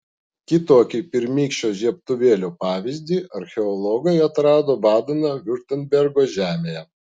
kitokį pirmykščio žiebtuvėlio pavyzdį archeologai atrado badeno viurtembergo žemėje